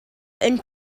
and